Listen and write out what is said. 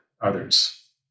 others